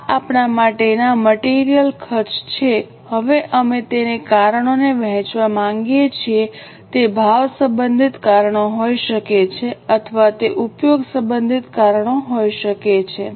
આ આપણા માટેના મટિરિયલ ખર્ચ છે હવે અમે તેને કારણોને વહેંચવા માંગીએ છીએ તે ભાવ સંબંધિત કારણોસર હોઈ શકે છે અથવા તે ઉપયોગ સંબંધિત કારણોસર હોઈ શકે છે